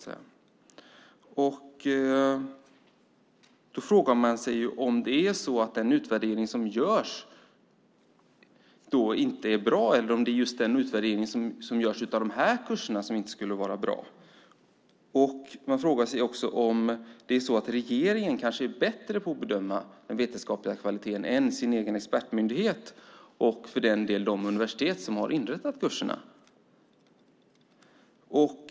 Man frågar sig om den utvärdering som görs inte är bra eller om det är just den utvärdering som görs av de här kurserna som inte är bra. Man frågar sig också om regeringen kanske är bättre än den egna expertmyndigheten och för den delen även de universitet som har inrättat kurserna på att bedöma den vetenskapliga kvaliteten.